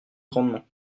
grandement